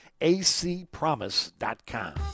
acpromise.com